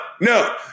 no